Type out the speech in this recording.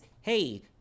hey